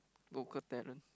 local talent